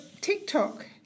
TikTok